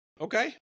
Okay